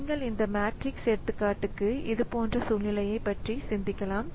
நீங்கள் இந்த மேட்ரிக்ஸ் எடுத்துக்காட்டுக்கு இது போன்ற சூழ்நிலையைப் பற்றி நாம் சிந்திக்கலாம்